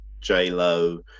J-Lo